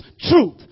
truth